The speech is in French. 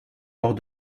hors